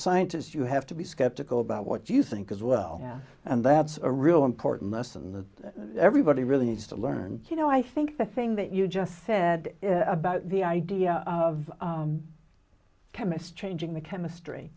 scientist you have to be skeptical about what you think as well and that's a real important lesson the everybody really needs to learn you know i think the thing that you just said about the idea of a chemist changing the chemistry